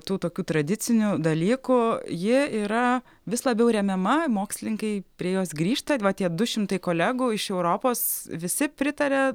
tų tokių tradicinių dalykų ji yra vis labiau remiama mokslininkai prie jos grįžta va tie du šimtai kolegų iš europos visi pritaria